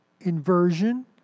inversion